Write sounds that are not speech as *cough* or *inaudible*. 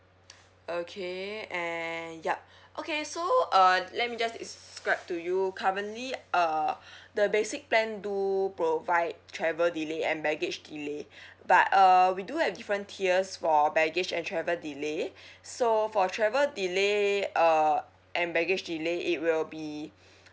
okay and yup okay so uh let me just describe to you currently uh *breath* the basic plan do provide travel delay and baggage delay *breath* but uh we do have different tiers for package and travel delay *breath* so for travel delay uh and baggage delay it will be *breath*